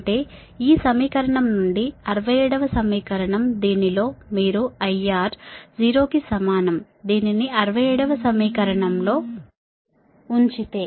అంటే ఈ సమీకరణం నుండి 67 వ సమీకరణం దీనిలో మీరు IR 0 కి సమానం దీనిని 67 వ సమీకరణం లో ఉంచితే